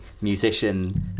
musician